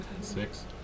Six